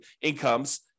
incomes